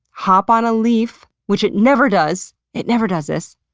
hop on a leaf, which it never does, it never does this,